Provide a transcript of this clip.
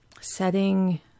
setting